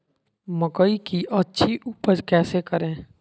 मकई की अच्छी उपज कैसे करे?